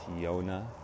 Tiona